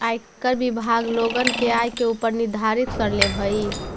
आयकर विभाग लोगन के आय के ऊपर निर्धारित कर लेवऽ हई